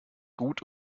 gut